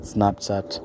Snapchat